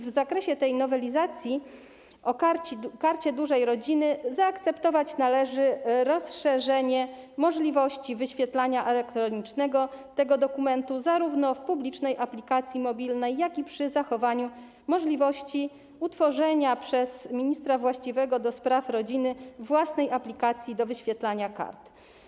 W zakresie tej nowelizacji ustawy o Karcie Dużej Rodziny zaakceptować należy rozszerzenie możliwości wyświetlania elektronicznego tego dokumentu zarówno w publicznej aplikacji mobilnej, jak i przy zachowaniu możliwości utworzenia przez ministra właściwego do spraw rodziny własnej aplikacji do wyświetlania kart.